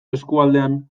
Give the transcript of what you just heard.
eskualdean